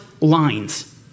lines